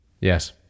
Yes